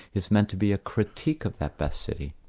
is meant to be a critique of that best city.